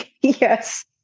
Yes